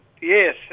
yes